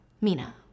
Mina